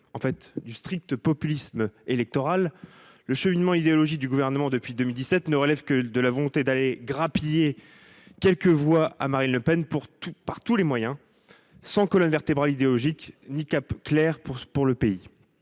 du strict populisme électoral. Le cheminement idéologique des différents gouvernements depuis 2017 ne relève que de la volonté d’aller grappiller quelques voix à Marine Le Pen par tous les moyens et sans colonne vertébrale idéologique ni cap clair pour le pays.